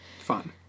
Fun